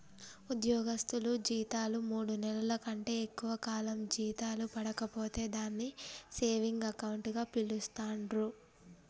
ఉద్యోగస్తులు జీతాలు మూడు నెలల కంటే ఎక్కువ కాలం జీతాలు పడక పోతే దాన్ని సేవింగ్ అకౌంట్ గా పిలుస్తాండ్రు